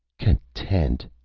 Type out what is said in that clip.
content!